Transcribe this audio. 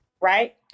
Right